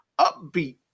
Upbeat